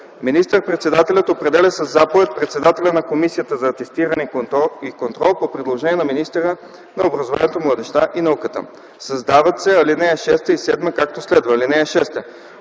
Министър-председателят определя със заповед председателя на Комисията за атестиране и контрол по предложение на министъра на образованието, младежта и науката.” 4. Създават се ал. 6 и 7, както следва: